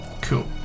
Cool